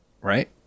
right